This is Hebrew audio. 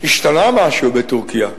השתנה משהו בטורקיה,